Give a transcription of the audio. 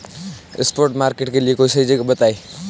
spot market के लिए कोई सही जगह बताएं